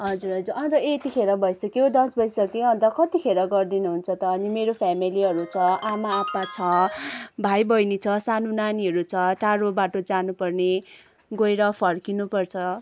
हजुर हजुर अन्त यतिखेर भइसक्यो दस बजिसक्यो अन्त कतिखेर गर्दिनुहुन्छ त अनि मेरो फेमिलीहरू छ आमा आप्पा छ भाइ बहिनी छ सानो नानीहरू छ टाढो बाटो जानु पर्ने गएर फर्किनु पर्छ